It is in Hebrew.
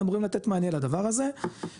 אמורים לתת מענה לדבר הזה ושוב,